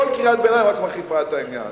כל קריאת ביניים רק מחריפה את העניין.